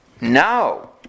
No